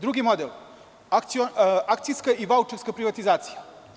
Drugi model – akcijska i vaučerska privatizacija.